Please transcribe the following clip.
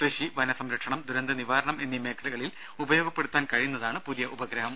കൃഷി വനസംരക്ഷണം ദുരന്തനിവാരണം എന്നീ മേഖലകളിൽ ഉപയോഗപ്പെടുത്താൻ കഴിയുന്നതാണ് പുതിയ ഉപഗ്രഹം